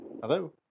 Hello